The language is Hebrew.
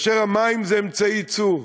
המים זה אמצעי ייצור,